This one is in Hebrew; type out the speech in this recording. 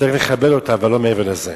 צריך לכבד אותה ולא מעבר לזה.